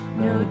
no